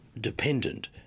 dependent